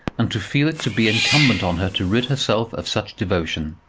and to feel it to be incumbent on her to rid herself of such devotion.